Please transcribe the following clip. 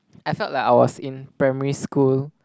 I felt like I was in primary school